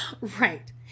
Right